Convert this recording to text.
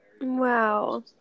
Wow